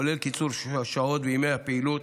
כולל קיצור שעות וימי הפעילות.